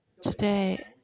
Today